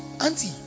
auntie